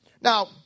Now